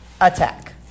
attack